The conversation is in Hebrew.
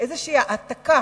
איזושהי העתקה